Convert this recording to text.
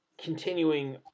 continuing